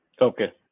Okay